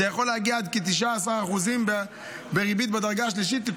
זה יכול להגיע עד כ-19% בריבית בדרגה שלישית.